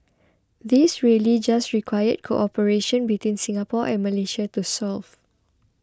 these really just required cooperation between Singapore and Malaysia to solve